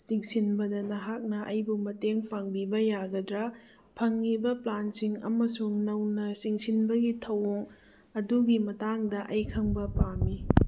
ꯆꯤꯡꯁꯤꯟꯕꯗ ꯅꯍꯥꯛꯅ ꯑꯩꯕꯨ ꯃꯇꯦꯡ ꯄꯥꯡꯕꯤꯕ ꯌꯥꯒꯗ꯭ꯔ ꯐꯪꯏꯕ ꯄ꯭ꯂꯥꯟꯁꯤꯡ ꯑꯃꯁꯨꯡ ꯅꯧꯅ ꯆꯤꯡꯁꯤꯟꯕꯒꯤ ꯊꯧꯑꯣꯏꯡ ꯑꯗꯨꯒꯤ ꯃꯇꯥꯡꯗ ꯑꯩ ꯈꯪꯕ ꯄꯥꯝꯃꯤ